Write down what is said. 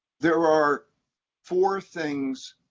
there are four things